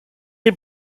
had